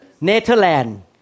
Netherlands